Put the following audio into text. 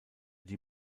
die